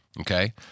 Okay